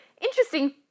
interesting